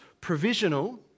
provisional